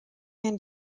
van